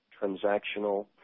transactional